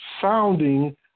sounding